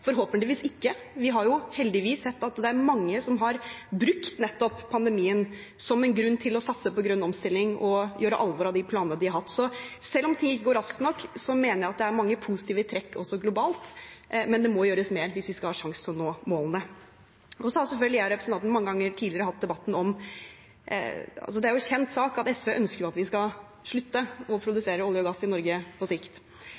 forhåpentligvis ikke. Vi har jo, heldigvis, sett at det er mange som har brukt nettopp pandemien som en grunn til å satse på grønn omstilling og gjøre alvor av de planene de har hatt. Så selv om ting ikke går raskt nok, mener jeg at det er mange positive trekk også globalt, men det må gjøres mer hvis vi skal ha en sjanse til å nå målene.